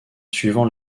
suivant